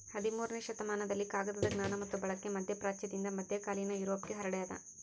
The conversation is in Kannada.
ಹದಿಮೂರನೇ ಶತಮಾನದಲ್ಲಿ ಕಾಗದದ ಜ್ಞಾನ ಮತ್ತು ಬಳಕೆ ಮಧ್ಯಪ್ರಾಚ್ಯದಿಂದ ಮಧ್ಯಕಾಲೀನ ಯುರೋಪ್ಗೆ ಹರಡ್ಯಾದ